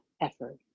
effort